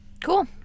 Cool